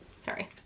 Sorry